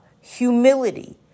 humility